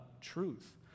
truth